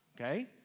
Okay